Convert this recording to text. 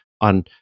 on